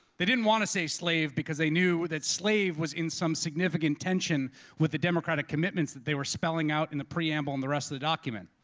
they didn't want to say slave because they knew that slave was in some significant tension with the democratic commitments that they were spelling out in the preamble in the rest of the document.